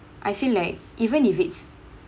I feel like even if it's